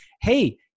hey